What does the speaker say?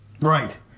Right